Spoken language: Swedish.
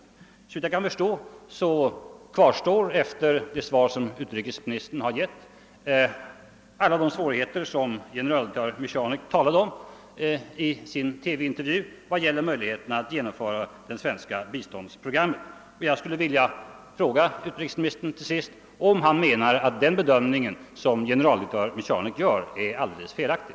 Såvitt jag kan förstå kvarstår efter det svar som utrikesministern har givit alla de svårigheter som generaldirektör Michanek talade om i sin TV-intervju vad gäller möjligheterna att genomföra det svenska biståndsprogrammet. Jag skulle därför till sist vilja fråga utrikesministern, om han menar att den bedömning som generaldirektör Michanek gör är alldeles felaktig.